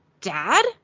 dad